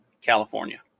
California